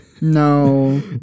No